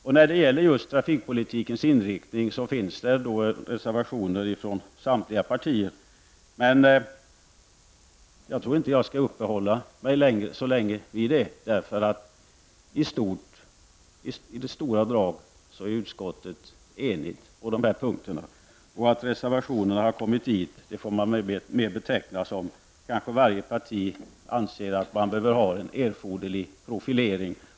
Just när det gäller trafikpolitikens inriktning finns det reservationer från samtliga partier, men jag tror inte att jag skall uppehålla mig så länge vid dem eftersom utskottet i stora drag är enigt på de punkterna. Att reservationerna finns med får man kanske mest beteckna som ett uttryck för att varje parti anser att man behöver ha en erforderlig profilering.